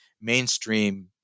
mainstream